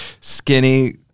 skinny